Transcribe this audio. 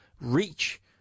reach